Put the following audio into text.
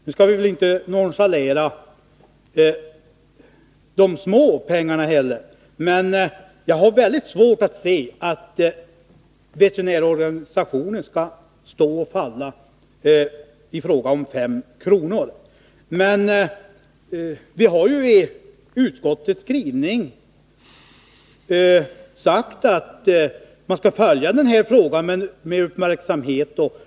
Vi skall inte norichalera de små pengarna heller, men jag har väldigt svårt att se att veterinärorganisationen skall stå och falla med ett belopp på 5 kr. Vi har i utskottets skrivning sagt att man skall följa frågan med uppmärksamhet.